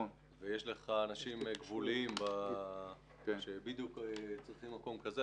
ויש לך אנשים גבוליים שצריכים בדיוק מקום כזה.